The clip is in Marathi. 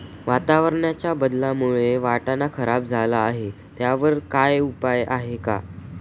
वातावरणाच्या बदलामुळे वाटाणा खराब झाला आहे त्याच्यावर काय उपाय आहे का?